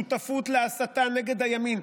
שותפות להסתה נגד הימין.